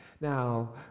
Now